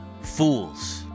fools